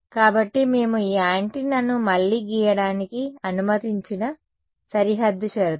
కాబట్టి మేము ఈ యాంటెన్నాను మళ్లీ గీయడానికి అనుమతించిన సరిహద్దు షరతులు